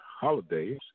holidays